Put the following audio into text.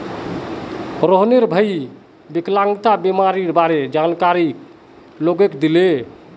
रोहनेर भईर विकलांगता बीमारीर बारे जानकारी लोगक दीले